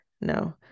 No